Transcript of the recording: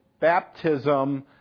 baptism